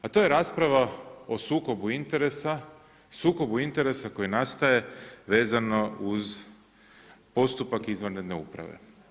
A to je rasprava o sukobu interes, sukobu interesa koji nastaje vezano uz postupak izvanredne uprave.